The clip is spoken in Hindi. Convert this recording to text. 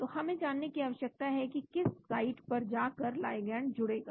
तो हमें जानने की आवश्यकता है कि किस साइट पर जाकर लाइगैंड जुड़ेगा